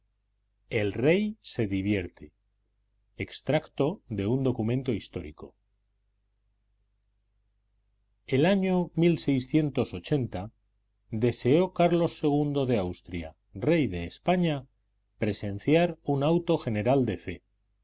el rey se divierte extracto de un documento histórico el año deseó carlos ii de austria rey de españa presenciar un auto general de fe